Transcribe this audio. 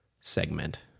segment